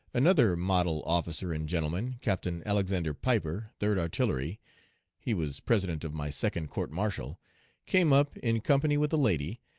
another model officer and gentleman captain alexander piper, third artillery he was president of my second court martial came up, in company with a lady,